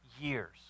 years